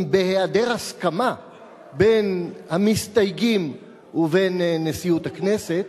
אם בהיעדר הסכמה בין המסתייגים ובין נשיאות הכנסת,